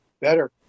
better